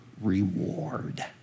reward